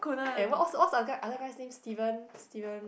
and what what's other guy the other guy's name Stephen Stephen